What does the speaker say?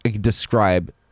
describe